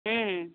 ହୁଁ